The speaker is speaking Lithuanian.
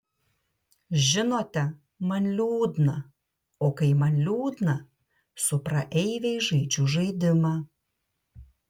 žinote man liūdna o kai man liūdna su praeiviais žaidžiu žaidimą